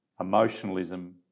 emotionalism